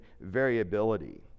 variability